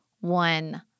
one